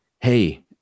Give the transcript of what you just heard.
Hey